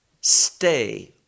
stay